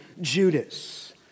Judas